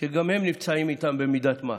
שגם הם נפצעים איתם במידת מה,